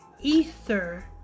Ether